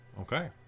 Okay